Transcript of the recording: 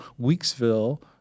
Weeksville